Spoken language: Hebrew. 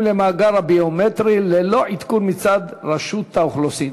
למאגר הביומטרי ללא עדכון מצד רשות האוכלוסין.